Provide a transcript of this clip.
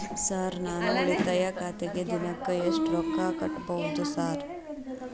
Sir ನಾನು ಉಳಿತಾಯ ಖಾತೆಗೆ ದಿನಕ್ಕ ಎಷ್ಟು ರೊಕ್ಕಾ ಕಟ್ಟುಬಹುದು ಸರ್?